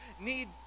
need